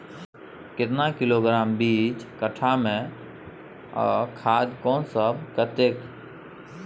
केतना किलोग्राम बीज कट्ठा मे आ खाद कोन सब आ कतेक?